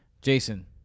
Jason